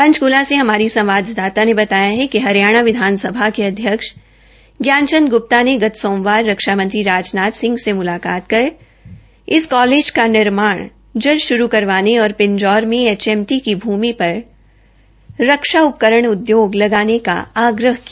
पंचकूला से हमारी संवाददाता ने बताया कि हरियाणा विधानसभा के अध्यक्ष ज्ञान चंद ग्प्ता ने गत सोमवार रक्षा मंत्री राजनाथ सिंह से मुलाकात कर इस कॉलेज का निर्माण जल्द श्रू करवाने और पिंजौर में एचएमटी की भूमि पर रक्षा उपकरण उदयोग लगाने का आग्रह किया